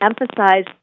emphasize